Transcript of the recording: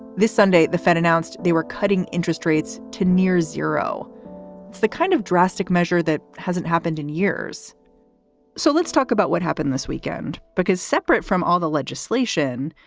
this sunday, the fed announced they were cutting interest rates to near zero. it's the kind of drastic measure that hasn't happened in years so let's talk about what happened this weekend, because separate from all the legislation,